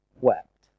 wept